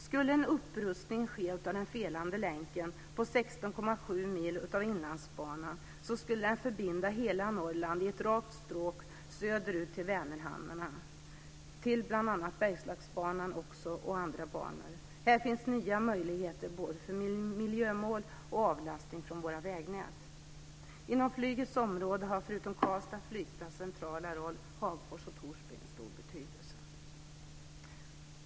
Skulle en upprustning ske av den felande länken på 16,7 mil av Inlandsbanan skulle den förbinda hela Norrland i ett rakt stråk söderut till Vänerhamnarna, till bl.a. Bergslagsbanan och andra banor. Här finns nya möjligheter både för miljömål och avlastning av våra vägnät. Inom flygets område har förutom Karlstads flygplats centrala roll även Hagfors och Torsby stor betydelse.